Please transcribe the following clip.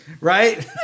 Right